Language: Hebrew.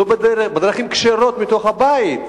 לא בדרכים כשרות, מתוך הבית.